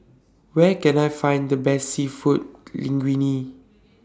Where Can I Find The Best Seafood Linguine